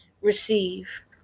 receive